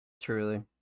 Truly